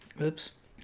oops